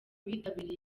bitabiriye